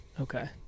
okay